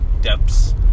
depths